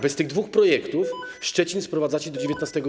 Bez tych dwóch projektów Szczecin sprowadzacie do XIX w.